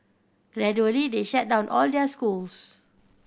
gradually they shut down all their schools